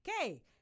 okay